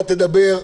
אתה תדבר.